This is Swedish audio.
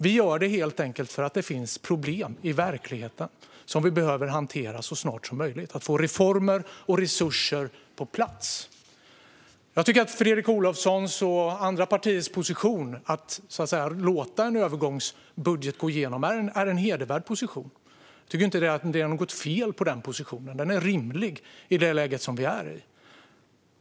Vi gör det helt enkelt för att det finns problem i verkligheten som vi behöver hantera så snart som möjligt. Vi behöver få reformer och resurser på plats. Jag tycker att Fredrik Olovssons och andra partiers position - att låta en övergångsbudget gå igenom - är hedervärd. Jag tycker inte att det är något fel på den positionen; den är rimlig i det läge som vi befinner oss i.